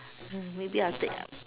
maybe I will tick up